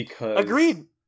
Agreed